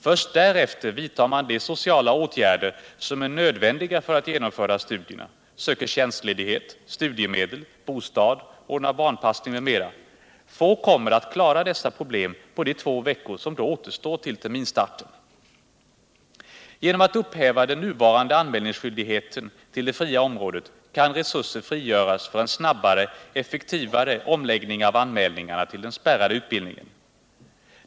Först därefter vidtar man de sociala åtgärder som är nödvändiga för att genomföra studierna: söker tjänstledighet, studiemedel, bostad, ordnar barnpassning m.m. Få kommer att klara dessa problem på de två veckor som då återstår till terminsstarten. Genom att upphiiva den nuvarande anmälningsskyldigheten till det fria området kan resurser frigöras för en snabbare och effektivare omläggning av anmälningarna till den spärrade utbildningen.